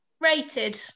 rated